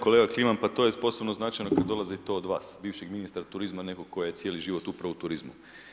Kolega Kliman, pa to je posebno značajno kad dolazi to od vas, bivšeg ministra turizma, nekog tko je cijeli život upravo u turizmu.